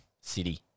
City